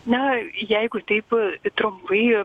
na jeigu taip trumpai